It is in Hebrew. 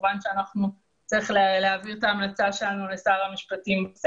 כמובן שנצטרך להעביר את ההמלצה שלנו לשר המשפטים.